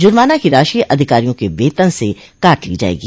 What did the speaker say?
जुर्माना की राशि अधिकारियों के वेतन से काट ली जायेगी